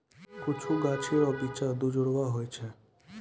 कुछु गाछी रो बिच्चा दुजुड़वा हुवै छै